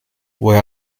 woher